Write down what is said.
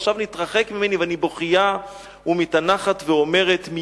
ועכשיו נתרחק ממני ואני בוכייה ומתאנחת ואומרת,